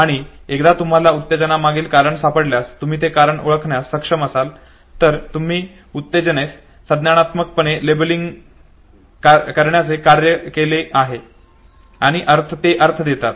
आणि एकदा तुम्हाला उत्तेजनेमागील कारण सापडल्यास तुम्ही हे कारण ओळखण्यास सक्षम असाल तर तुम्ही उत्तेजनेस संज्ञानात्मकपणे लेबलिंग करण्याचे कार्य केले आहे आणि ते अर्थ देतात